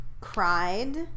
cried